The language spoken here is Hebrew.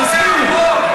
תסבירו.